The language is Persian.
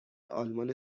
آلمان